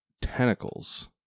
tentacles